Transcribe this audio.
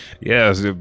yes